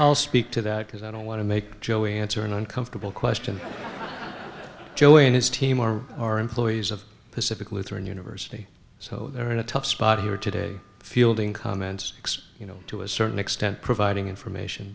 i'll speak to that because i don't want to make joey answer an uncomfortable question joey and his team are our employees of pacific lutheran university so they're in a tough spot here today fielding comments you know to a certain extent providing information